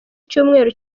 icyumweru